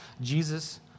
Jesus